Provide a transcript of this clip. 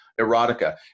erotica